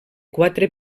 quatre